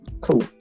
cool